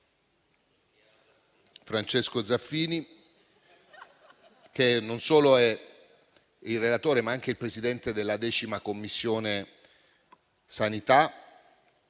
Francesco Zaffini, che non solo è il relatore, ma è anche il Presidente della 10a Commissione (sanità)